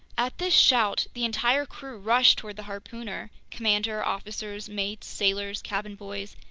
at this shout the entire crew rushed toward the harpooner commander, officers, mates, sailors, cabin boys,